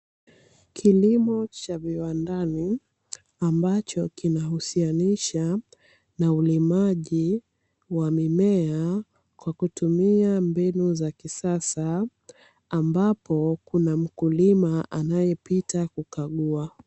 Kilimo cha viwandani ambacho kinahusianisha na ulimaji wa mimea kwa kutumia mbinu za kisasa, ambapo kuna mkulima anayepita kukagua.